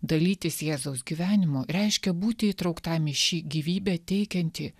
dalytis jėzaus gyvenimu reiškia būti įtrauktam į šį gyvybę teikiantį